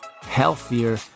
healthier